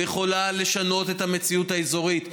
ויכולה לשנות את המציאות האזורית.